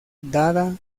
dada